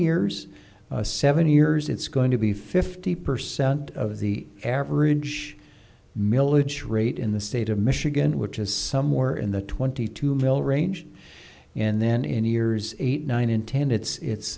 years seven years it's going to be fifty percent of the average millage rate in the state of michigan which is somewhere in the twenty two mil range and then in years eight nine in ten